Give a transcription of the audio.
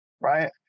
right